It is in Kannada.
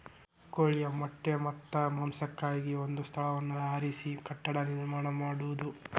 ಕೋಳಿಯ ಮೊಟ್ಟೆ ಮತ್ತ ಮಾಂಸಕ್ಕಾಗಿ ಒಂದ ಸ್ಥಳವನ್ನ ಆರಿಸಿ ಕಟ್ಟಡಾ ನಿರ್ಮಾಣಾ ಮಾಡುದು